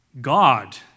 God